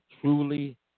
truly